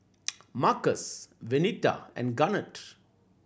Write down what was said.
Marcus Venita and Garnett